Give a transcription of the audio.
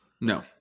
No